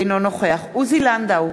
אינו נוכח עוזי לנדאו,